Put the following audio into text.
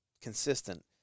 consistent